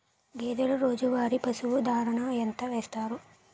గేదెల రోజువారి పశువు దాణాఎంత వేస్తారు?